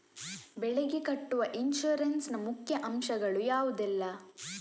ಬೆಳೆಗೆ ಕಟ್ಟುವ ಇನ್ಸೂರೆನ್ಸ್ ನ ಮುಖ್ಯ ಅಂಶ ಗಳು ಯಾವುದೆಲ್ಲ?